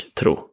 tro